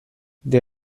det